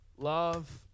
Love